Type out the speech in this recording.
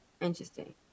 interesting